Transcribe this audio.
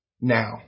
now